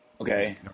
okay